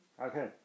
Okay